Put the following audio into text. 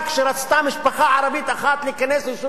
רק כשרצתה משפחה ערבית אחת להיכנס ליישוב